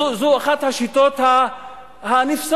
זו אחת השיטות הנפסדות,